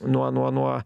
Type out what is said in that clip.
nuo nuo nuo